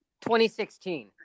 2016